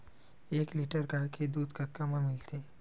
एक लीटर गाय के दुध कतका म मिलथे?